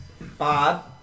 Bob